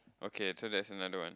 okay so that's another one